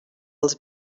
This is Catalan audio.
els